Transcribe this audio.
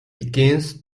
begins